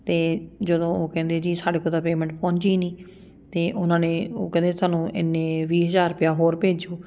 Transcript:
ਅਤੇ ਜਦੋਂ ਉਹ ਕਹਿੰਦੇ ਜੀ ਸਾਡੇ ਕੋਲ ਤਾਂ ਪੇਮੈਂਟ ਪਹੁੰਚੀ ਨਹੀਂ ਅਤੇ ਉਹਨਾਂ ਨੇ ਉਹ ਕਹਿੰਦੇ ਸਾਨੂੰ ਇੰਨੇ ਵੀਹ ਹਜ਼ਾਰ ਰੁਪਿਆ ਹੋਰ ਭੇਜੋ